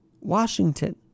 Washington